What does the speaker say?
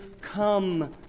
come